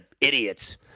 idiots